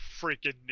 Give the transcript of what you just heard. freaking